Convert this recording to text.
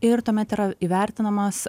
ir tuomet yra įvertinamas